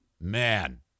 man